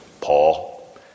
Paul